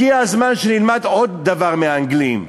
הגיע הזמן שנלמד עוד דבר מהאנגלים.